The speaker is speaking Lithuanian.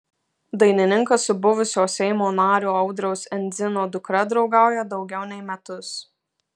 dainininkas su buvusio seimo nario audriaus endzino dukra draugauja daugiau nei metus